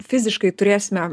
fiziškai turėsime